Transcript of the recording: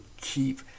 keep